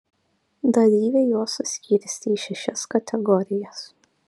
dalyviai juos suskirstė į šešias kategorijas